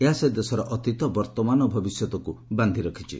ଏହା ସେ ଦେଶର ଅତୀତ ବର୍ତ୍ତମାନ ଓ ଭବିଷ୍ୟତକୁ ବାନ୍ଧିରଖିଛି